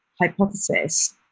hypothesis